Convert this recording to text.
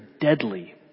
deadly